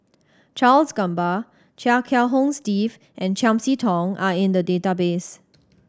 Charles Gamba Chia Kiah Hong Steve and Chiam See Tong are in the database